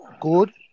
good